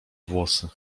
włosy